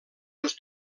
les